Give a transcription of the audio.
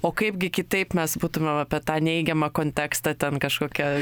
o kaipgi kitaip mes būtume apie tą neigiamą kontekstą ten kažkokią